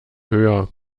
höher